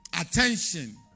attention